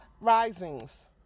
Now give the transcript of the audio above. risings